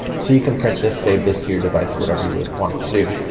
so you can print this, save this to your device whatever you would want to do,